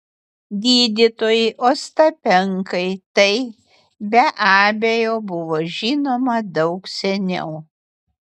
gydytojui ostapenkai tai be abejo buvo žinoma daug seniau